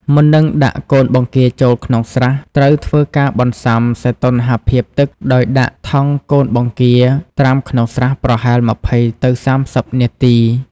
មុននឹងដាក់កូនបង្គាចូលក្នុងស្រះ ត្រូវធ្វើការបន្សាំសីតុណ្ហភាពទឹក ដោយដាក់ថង់កូនបង្គាត្រាំក្នុងស្រះប្រហែល ២០ ទៅ ៣០ នាទី។